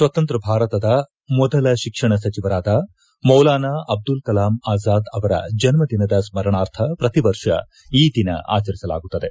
ಸ್ವತಂತ್ರ ಭಾರತದ ಮೊದಲ ಶಿಕ್ಷಣ ಸಚಿವರಾದ ಮೌಲಾನಾ ಅಬ್ದುಲ್ ಕಲಾಂ ಆಜಾದ್ ಅವರ ಜನ್ಮದಿನದ ಸ್ಮರಣಾರ್ಥ ಪ್ರತಿವರ್ಷ ಈ ದಿನ ಆಚರಿಸಲಾಗುತ್ತದೆ